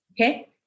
okay